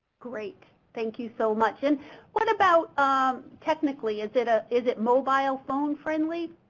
great! thank you so much. and what about um technically is it ah is it mobile phone friendly?